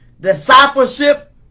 Discipleship